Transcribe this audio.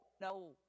No